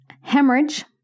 Hemorrhage